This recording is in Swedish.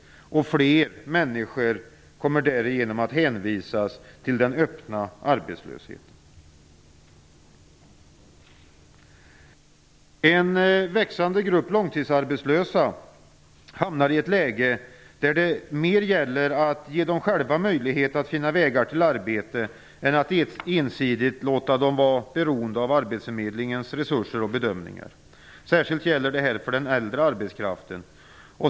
Fler människor kommer därigenom att hänvisas till den öppna arbetslösheten. En växande grupp långtidsarbetslösa hamnar i ett läge där det mer gäller att de själva skall ges möjlighet att finna vägar till arbete än att de ensidigt skall låtas vara beroende av arbetsförmedlingens resurser och bedömningar. Särskilt gäller detta för den äldre arbetskraften.